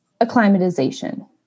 acclimatization